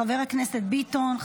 חבר הכנסת ביטון,